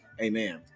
Amen